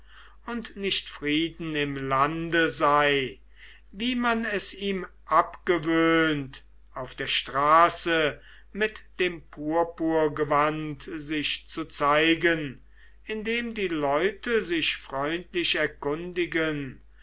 und nicht frieden im lande sei wie man es ihm abgewöhnt auf der straße mit dem purpurgewand sich zu zeigen indem die leute sich freundlich erkundigen